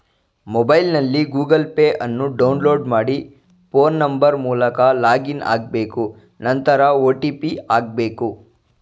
ಮೊಬೈಲ್ನಲ್ಲಿ Google Pay ಅನ್ನು download ಮಾಡಿ ಫೋನ್ ನಂಬರ್ ಮೂಲಕ ಲಾಗಿನ್ ಆಗ್ಬೇಕು ನಂತರ ಒ.ಟಿ.ಪಿ ಹಾಕ್ಬೇಕು